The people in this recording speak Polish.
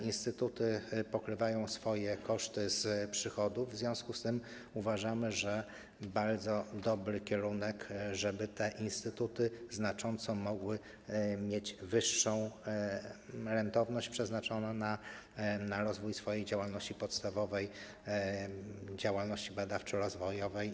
Instytuty pokrywają swoje koszty z przychodów, w związku z tym uważamy, że to bardzo dobry kierunek, żeby te instytuty mogły mieć znacząco wyższą rentowność przeznaczoną na rozwój swojej działalności podstawowej, działalności badawczo-rozwojowej.